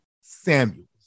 Samuel